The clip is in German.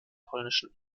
polnischen